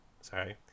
Sorry